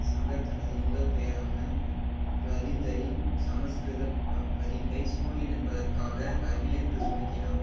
சங்கர் தனது முதல் பெயரான இரவீந்தரின் சமஸ்கிருத ப பதிப்பை சூரியன் என்பதற்காக ரவி என்று சுருக்கினார்